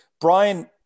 Brian